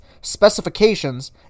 specifications